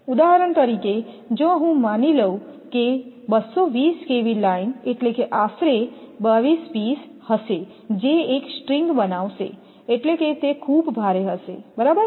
ઉદાહરણ તરીકે જો હું માની લઉં કે 220 kV લાઈન એટલે કે આશરે 22 પીસ હશે જે એક સ્ટ્રિંગ બનાવશે એટલે કે તે ખૂબ ભારે હશે બરાબર